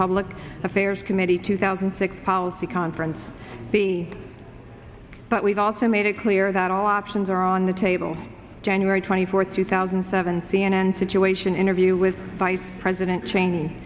public affairs committee two thousand and six policy conference be but we've also made it clear that all options are on the table january twenty fourth two thousand and seven c n n situation interview with vice president cheney